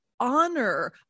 honor